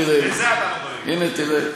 תראה,